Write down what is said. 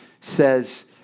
says